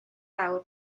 awr